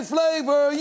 Flavor